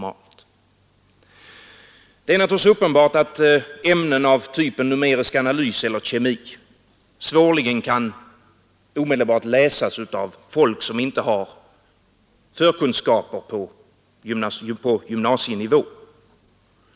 Det är uppenbart att ämnen av typen numerisk analys eller kemi svårligen kan omedelbart läsas av folk som inte har förkunskaper på gymnasienivå.